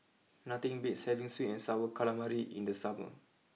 nothing beats having sweet and Sour Calamari in the summer